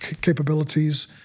capabilities